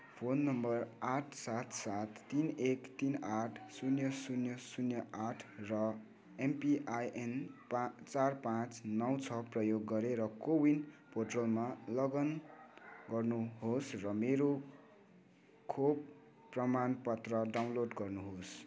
phone number आठ सात सात तिन एक तिन आठ शून्य शून्य शून्य आठ र एमपिआइएन चार पाँच नौ छ प्रयोग गरेर कोविन पोर्टलमा लगइन गर्नुहोस् र मेरो खोप प्रमाणपत्र डाउनलोड गर्नुहोस्